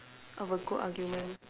of a good argument